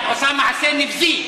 את עושה מעשה נבזי.